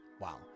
Wow